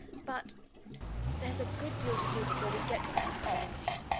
but there's a good deal to do before we get to that, mr. lindsey!